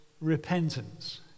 repentance